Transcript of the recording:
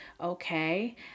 okay